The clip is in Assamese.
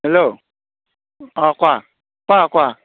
হেল্ল' অঁ কোৱা কোৱা কোৱা